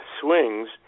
swings